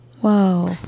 Whoa